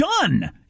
done